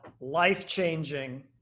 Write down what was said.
life-changing